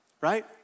right